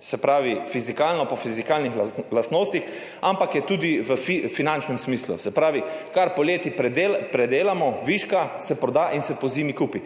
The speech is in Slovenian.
samo fizikalno, po fizikalnih lastnostih, ampak je tudi v finančnem smislu, se pravi, kar poleti pridelamo viška, se proda in pozimi kupi.